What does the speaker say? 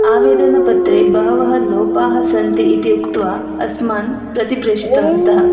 आवेदन पत्रे बहवः लोपाः सन्ति इति उक्त्वा अस्मान् प्रति प्रेषितवन्तः